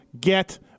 Get